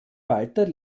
walter